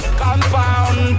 compound